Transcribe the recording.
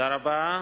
תודה רבה.